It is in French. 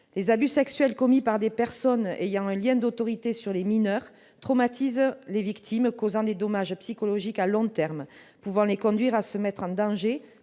Les abus sexuels commis par des personnes ayant un lien d'autorité sur les mineurs traumatisent les victimes, causant des dommages psychologiques à long terme, pouvant les conduire à se mettre en danger